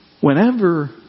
whenever